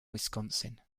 wisconsin